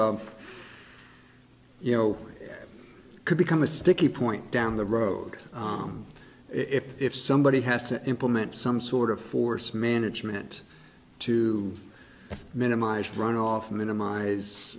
a you know could become a sticky point down the road if somebody has to implement some sort of forced management to minimise runoff minimi